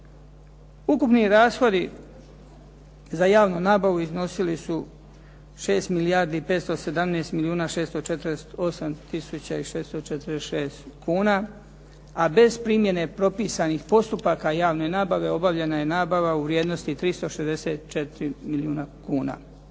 Ukupni rashodi za javnu nabavu iznosi su 6 milijardi i 517 milijuna 648 tisuća i 646 kuna a bez primjene propisanih postupaka javne nabave obavljena je nabava u vrijednosti 364 milijuna kuna.